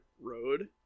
road